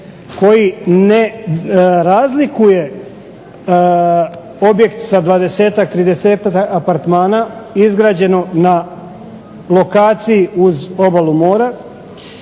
koji ne razlikuje objekt za 20-tak, 30-tak apartmana izgrađeno na lokaciji uz obalu mora